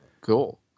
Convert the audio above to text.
cool